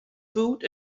food